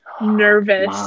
nervous